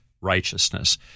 righteousness